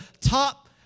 top